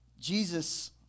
Jesus